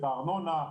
את הארנונה,